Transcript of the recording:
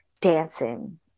dancing